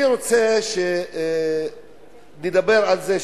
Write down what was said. אני רוצה לדבר על זה,